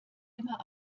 immer